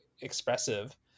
expressive